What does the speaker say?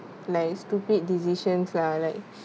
like stupid decisions lah like